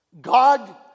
God